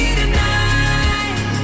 tonight